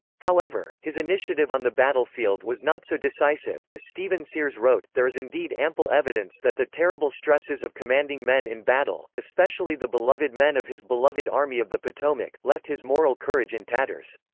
however, his initiative on the battlefield was not so decisive, as stephen sears wrote, there is indeed ample evidence that the terrible stresses of commanding men in battle, especially the beloved men of his beloved army of the potomac, left his moral courage in tatters.